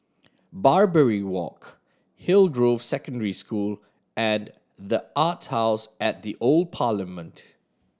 Barbary Walk Hillgrove Secondary School and The Arts House at the Old Parliament